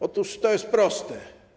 Otóż to jest proste.